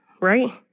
right